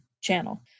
channel